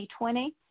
2020